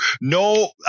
no